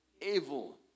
Evil